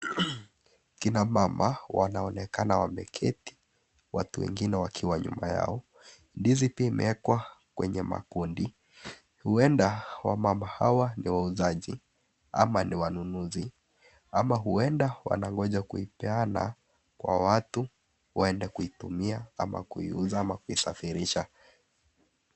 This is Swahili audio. Kina mama wanaonekana wameketi, watu wengine wakiwa nyuma yao, ndizi pia imeekwa kwenye makundi. Huenda wama hawa ni wauzaji ama ni wanunuzi ama huenda wanangoja kuipeana kwa watu waende kuitumia ama kuiuza ama kuisafirisha.